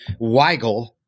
Weigel